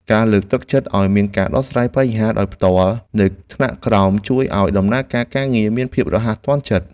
ការលើកទឹកចិត្តឱ្យមានការដោះស្រាយបញ្ហាដោយផ្ទាល់នៅថ្នាក់ក្រោមជួយឱ្យដំណើរការការងារមានភាពរហ័សនិងទាន់ចិត្ត។